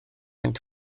fath